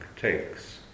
takes